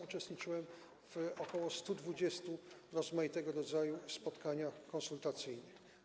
Uczestniczyłem w ok. 120 rozmaitego rodzaju spotkaniach konsultacyjnych.